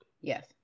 Yes